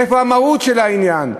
איפה המהות של העניין?